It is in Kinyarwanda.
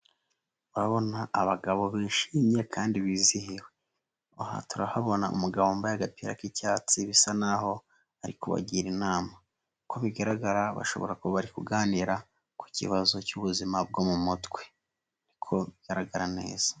Urabona abagabo bishimye kandi bizihiwe, aha turahabona umugabo wambaye agapira k'icyatsi bisa naho ari kubagira inama, ko bigaragara bashobora kuganira ku kibazo cy'ubuzima bwo mu mutwe, niko bigaragara neza.